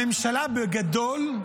בגדול,